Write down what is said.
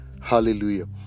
Hallelujah